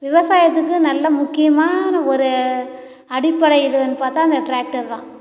விவசாயத்துக்கு நல்ல முக்கியமான ஒரு அடிப்படை எதுன்னு பார்த்தா அந்த டிராக்டர் தான்